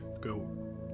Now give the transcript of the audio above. go